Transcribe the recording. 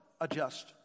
adjust